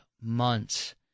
months